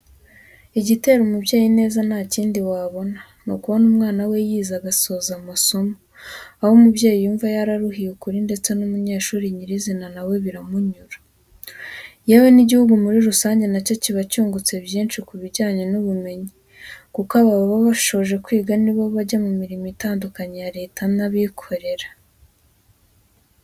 Igitera umubyeyi ineza nta kindi wabona, ni ukubona umwana we yize agasoza amasomo, aho umubyeyi yumva yararuhiye ukuri ndetse n'umunyeshuri nyirizina na we biramunyura. Yewe n'igihugu muri rusange na cyo kiba cyungutse byinshi ku bijyanye n'ubumenyi, kuko aba baba bashoje kwiga ni bo bajya mu mirimo itandukanye ya leta n'abikorera.